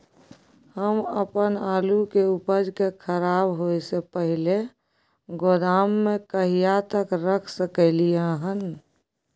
हम अपन आलू के उपज के खराब होय से पहिले गोदाम में कहिया तक रख सकलियै हन?